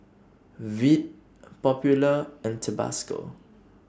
Veet Popular and Tabasco